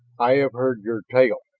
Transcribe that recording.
i have heard your tale,